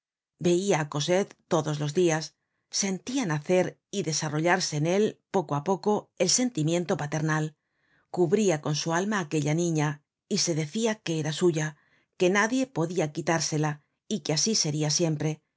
veia á cosette todos los dias sentia nacer y desarrollarse en él poco á poco el sentimiento paternal cubriá con su alma aqúella niña y se decia que era suya que nadie podia quitársela y que asi seria siempre